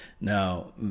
Now